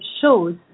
shows